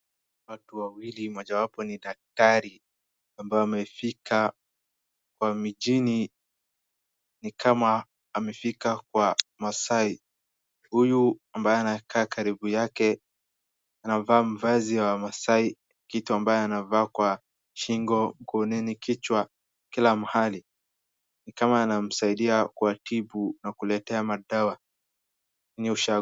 Watu wawili mojawapo ni daktari ambao amefika kwa mjini ni kama amefika kwa masai. Huyu ambae anakaa karibu yake anavaa mavazi ya wamaasai, kitu ambaye anavaa kwa shingo, koonini, kichwa, kila mahali. Ni kama anamsaidia kuwatibu na kuletea madawa.